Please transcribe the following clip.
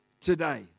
today